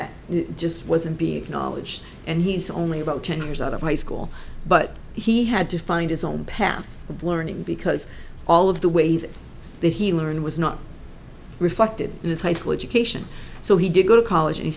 met just wasn't being knowledge and he's only about ten years out of high school but he had to find his own path of learning because all of the wave that he learned was not reflected in his high school education so he did go to college and